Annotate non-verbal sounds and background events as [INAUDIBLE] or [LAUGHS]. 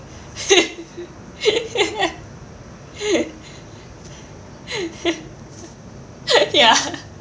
[LAUGHS] ya